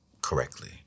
correctly